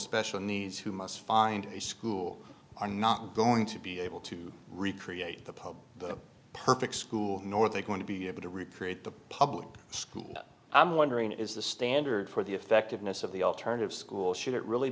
special needs who must find a school are not going to be able to recreate the public the perfect school nor they going to be able to recreate the public school i'm wondering is the standard for the effectiveness of the alternative school should it really